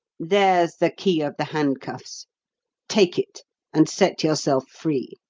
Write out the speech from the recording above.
there's the key of the handcuffs take it and set yourself free.